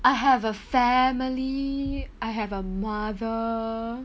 I have a family I have a mother